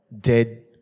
dead